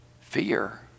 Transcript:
Fear